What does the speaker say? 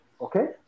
Okay